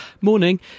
Morning